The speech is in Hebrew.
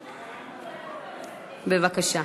בבקשה.